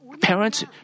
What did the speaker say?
parents